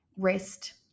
rest